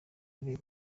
ari